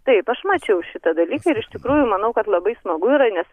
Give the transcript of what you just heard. taip aš mačiau šitą dalyką ir iš tikrųjų manau kad labai smagu yra nes